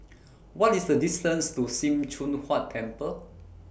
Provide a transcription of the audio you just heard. What IS The distance to SIM Choon Huat Temple